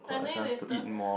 I think later